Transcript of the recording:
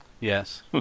Yes